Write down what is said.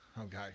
Okay